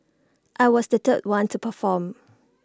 I was the third one to perform